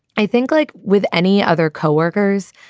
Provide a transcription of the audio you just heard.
i think like with any other coworkers,